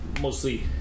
mostly